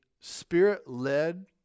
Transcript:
spirit-led